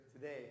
today